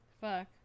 fuck